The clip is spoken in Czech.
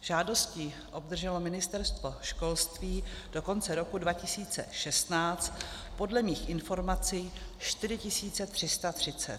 Žádostí obdrželo Ministerstvo školství do konce roku 2016 podle mých informací 4 330.